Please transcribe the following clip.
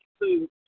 food